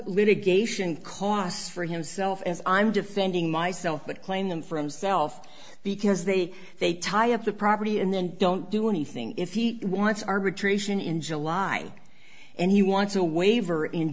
litigation costs for himself as i'm defending myself but claim them for himself because they they tie up the property and then don't do anything if he wants arbitration in july and he wants a waiver in